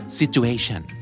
situation